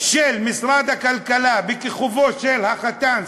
של משרד הכלכלה בכיכובו של החתן,